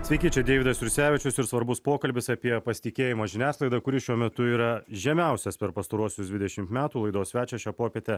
sveiki čia deividas jursevičius ir svarbus pokalbis apie pasitikėjimą žiniasklaida kuris šiuo metu yra žemiausias per pastaruosius dvidešimt metų laidos svečio šią popietę